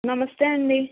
నమస్తే అండి